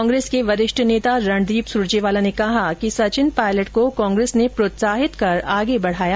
कांग्रेस के वरिष्ठ नेता रणदीप सुरजेवाला ने कहा कि सचिन पायलट को कांग्रेस ने प्रोत्साहित कर आगे बढाया